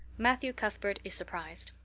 matthew cuthbert is surprised